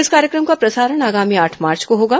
इस कार्यक्रम का प्रसारण आगामी आठ मार्च को होगा